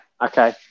Okay